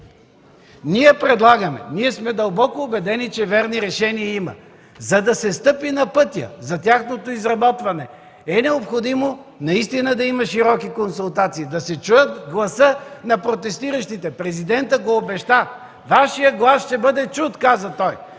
Ние предлагаме, дълбоко сме убедени, че верни решения има. За да се стъпи на пътя за тяхното изработване е необходимо наистина да има широки консултации, да се чуе гласът на протестиращите. Президентът го обеща. „Вашият глас ще бъде чут” – каза той.